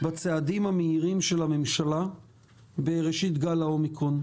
בצעדים המהירים של הממשלה בראשית גל האומיקרון.